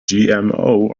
gmo